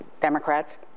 Democrats